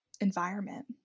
environment